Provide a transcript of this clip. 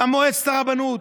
מועצת הרבנות,